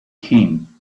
him